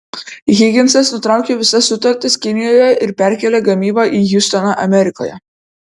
higinsas nutraukė visas sutartis kinijoje ir perkėlė gamybą į hjustoną amerikoje